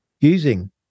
using